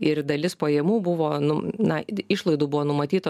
ir dalis pajamų buvo nu na išlaidų buvo numatyta